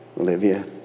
Olivia